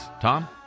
Tom